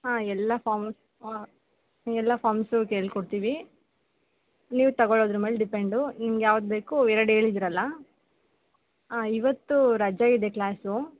ಹಾಂ ಎಲ್ಲ ಫಾಮು ಹಾಂ ಎಲ್ಲ ಫಾಮ್ಸು ಕೇಳ್ಕೊಡ್ತೀವಿ ನೀವು ತಗೊಳೋದ್ರ ಮೇಲೆ ಡಿಪೆಂಡು ನಿಮ್ಗೆ ಯಾವ್ದು ಬೇಕು ಎರಡು ಹೇಳಿದ್ರಲ್ಲ ಇವತ್ತು ರಜ ಇದೆ ಕ್ಲಾಸು